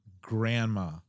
grandma